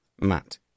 Matt